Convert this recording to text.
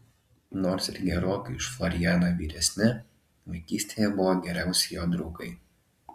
nors ir gerokai už florianą vyresni vaikystėje buvo geriausi jo draugai